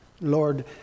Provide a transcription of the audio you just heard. Lord